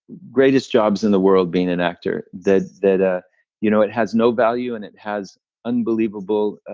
greatest jobs in the world being an actor. that that ah you know it has no value and it has unbelievable,